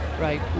right